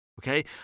Okay